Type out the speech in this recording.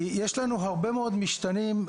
כי יש לנו הרבה מאוד משתנים,